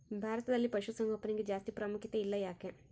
ಭಾರತದಲ್ಲಿ ಪಶುಸಾಂಗೋಪನೆಗೆ ಜಾಸ್ತಿ ಪ್ರಾಮುಖ್ಯತೆ ಇಲ್ಲ ಯಾಕೆ?